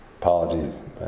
Apologies